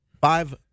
five